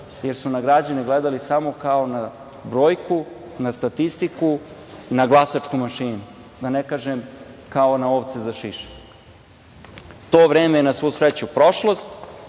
jer su na građane gledali samo kao na brojku, na statistiku, na glasačku mašinu. Da ne kažem kao na ovce za šišanje. To vreme je, na svu sreću, prošlost.